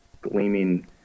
gleaming